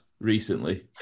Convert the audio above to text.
recently